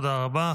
תודה רבה.